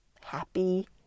happy